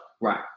Right